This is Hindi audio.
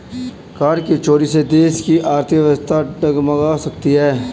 कर की चोरी से देश की आर्थिक व्यवस्था डगमगा सकती है